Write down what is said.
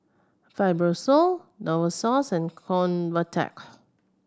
Fibrosol Novosource and Convatec